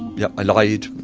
yup, i lied.